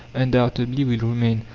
undoubtedly will remain.